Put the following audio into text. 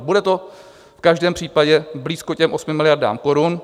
Bude to v každém případě blízko těm 8 miliardám korun.